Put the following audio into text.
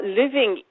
living